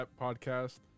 podcast